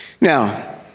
Now